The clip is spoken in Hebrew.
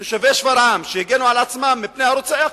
תושבי שפרעם, שהגנו על עצמם מפני הרוצח.